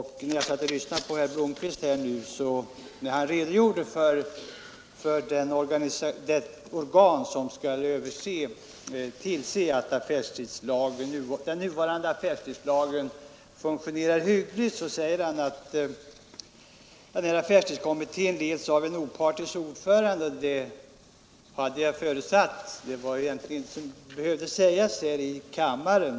Herr Blomkvist redogjorde för det organ som skall tillse att den nuvarande affärstidslagen fungerar hyggligt och sade, att affärstidskommittén leds av en opartisk ordförande. Det hade jag förutsatt, och det var egentligen inte något som behövde sägas här i kammaren.